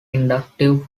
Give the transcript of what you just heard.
inductive